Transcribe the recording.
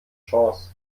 chance